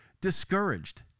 discouraged